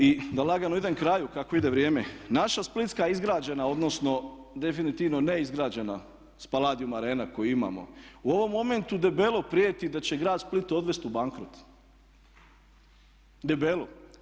I da lagano idem kraju, kako ide vrijeme, naša splitska izgrađena, odnosno definitivno neizgrađena Spaladium Arena koju imamo, u ovom momentu debelo prijeti da će grad Split odvesti u bankrot, debelo.